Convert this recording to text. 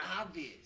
obvious